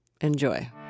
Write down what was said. Enjoy